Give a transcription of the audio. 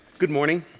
good morning.